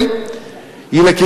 על כל האופוריה שהיתה כאן.